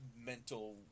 mental